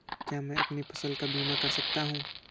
क्या मैं अपनी फसल का बीमा कर सकता हूँ?